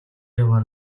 яваа